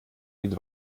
mit